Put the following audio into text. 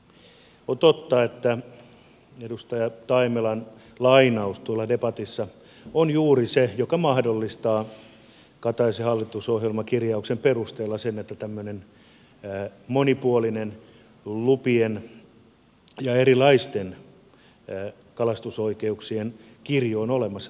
on totta että edustaja taimelan lainaus kataisen hallitusohjelmakirjauksesta tuolla debatissa on juuri se joka mahdollistaa sen että tämmöinen monipuolinen lupien ja erilaisten kalastusoikeuksien kirjo on olemassa tässä maassa